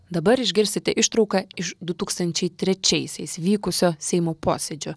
dabar išgirsite ištrauką iš du tūkstančiai trečiaisiais vykusio seimo posėdžio